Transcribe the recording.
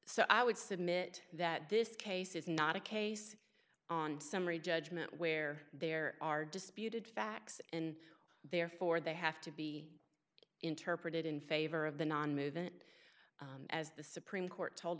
so i would submit that this case is not a case on summary judgment where there are disputed facts and therefore they have to be interpreted in favor of the non movement as the supreme court told